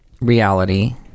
reality